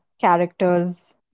characters